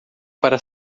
para